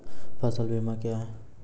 फसल बीमा क्या हैं?